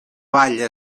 vall